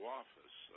office